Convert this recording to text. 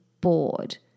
bored